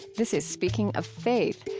this is speaking of faith,